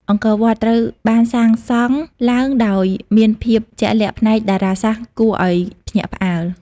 អង្គរវត្ត ត្រូវបានសាងសង់ឡើងដោយមានភាពជាក់លាក់ផ្នែកតារាសាស្ត្រគួរឲ្យភ្ញាក់ផ្អើល។